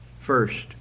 first